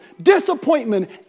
disappointment